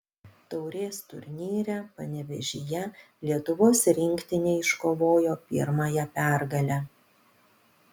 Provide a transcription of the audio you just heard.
taurės turnyre panevėžyje lietuvos rinktinė iškovojo pirmąją pergalę